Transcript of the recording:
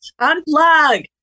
Unplug